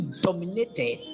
dominated